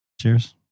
Cheers